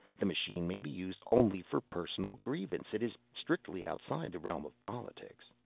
the machine may be used only for personal grievances. it is strictly outside the realm of politics.